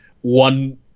one